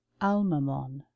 almamon